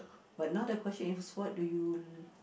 but now the question is what do you